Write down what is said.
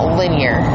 linear